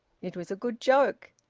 it was a good joke.